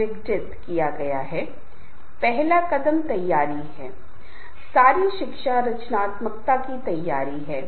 इसलिए क्योंकि यह पता लगाने में मदद करता है कि समूह के भीतर संबंध कैसे बने हैं और समूह के सदस्यों के भीतर बल कैसे कार्य करते हैं